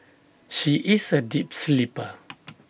she is A deep sleeper